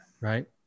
Right